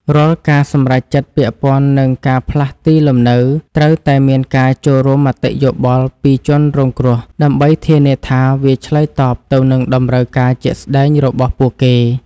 រាល់ការសម្រេចចិត្តពាក់ព័ន្ធនឹងការផ្លាស់ទីលំនៅត្រូវតែមានការចូលរួមមតិយោបល់ពីជនរងគ្រោះ ដើម្បីធានាថាវាឆ្លើយតបទៅនឹងតម្រូវការជាក់ស្តែងរបស់ពួកគេ។